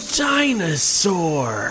dinosaur